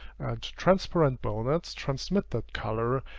and transparent bonnets transmit that color,